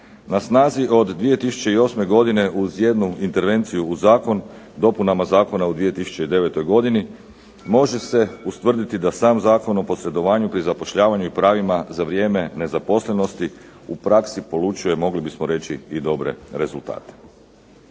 Na snazi od 2008. godine uz jednu intervenciju u zakon, dopunama zakona u 2009. godini može se ustvrditi da sam Zakon o posredovanju pri zapošljavanju i pravima za vrijeme nezaposlenosti u praksi polučuje mogli bismo reći i dobre rezultate.